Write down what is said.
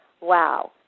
wow